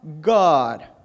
God